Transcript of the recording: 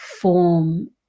form